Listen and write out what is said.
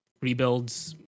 Rebuilds